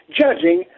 judging